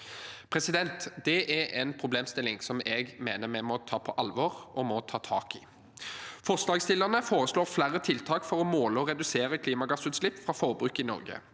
andre land. Det er en problemstilling som jeg mener vi må ta på alvor og må ta tak i. Forslagsstillerne foreslår flere tiltak for å måle og redusere klimagassutslipp fra forbruk i Norge.